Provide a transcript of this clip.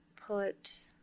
put